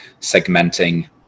segmenting